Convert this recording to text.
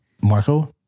Marco